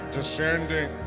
Descending